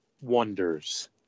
wonders